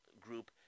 group